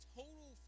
total